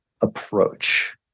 approach